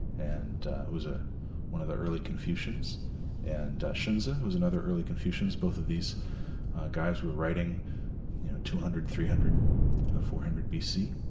and was ah one of the early confucians and xunzi, who was another early confucian. both of these guys were writing two hundred, three hundred four hundred bc.